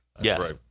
Yes